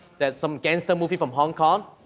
that some gangster movie from hong kong.